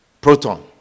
proton